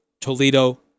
Toledo